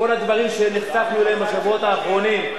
כל הדברים שנחשפנו אליהם בשבועות האחרונים.